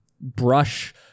brush